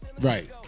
Right